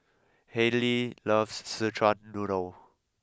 Hallie loves Szechuan noodle